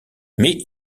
mais